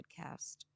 podcast